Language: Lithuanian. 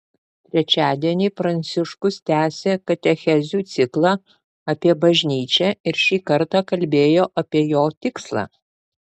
trečiadienį pranciškus tęsė katechezių ciklą apie bažnyčią ir šį kartą kalbėjo apie jo tikslą